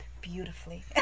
beautifully